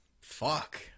Fuck